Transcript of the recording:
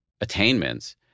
attainments